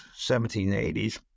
1780s